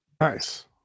Nice